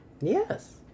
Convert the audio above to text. Yes